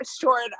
short